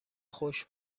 خشک